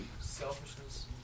Selfishness